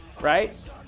right